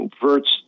converts